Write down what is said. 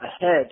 ahead